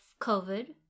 covid